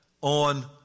on